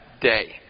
day